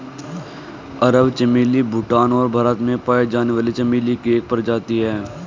अरब चमेली भूटान और भारत में पाई जाने वाली चमेली की एक प्रजाति है